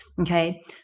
Okay